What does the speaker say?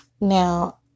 Now